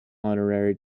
honorary